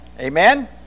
Amen